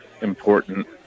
important